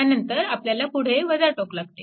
त्यानंतर आपल्याला पुढे टोक लागते